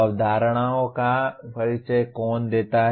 अवधारणाओं का परिचय कौन देता है